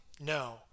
No